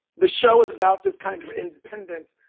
the show is about this kind of independence.